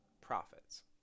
profits